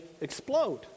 explode